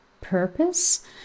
purpose